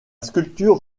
sculpture